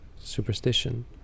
Superstition